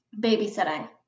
Babysitting